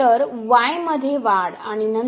तर y मध्ये वाढ आणि नंतर